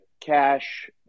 cash